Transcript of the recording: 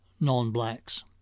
non-blacks